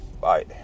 Bye